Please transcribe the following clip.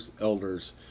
elders